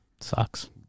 Sucks